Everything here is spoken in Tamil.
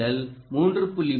நீங்கள் 3